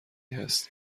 هستی